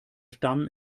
stamm